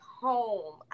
home